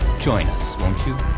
join us won't you?